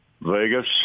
Vegas